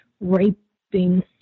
raping